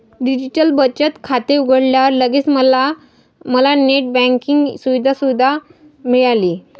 digital बचत खाते उघडल्यावर लगेच मला नेट बँकिंग सुविधा सुद्धा मिळाली